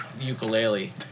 ukulele